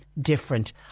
different